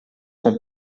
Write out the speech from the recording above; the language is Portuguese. com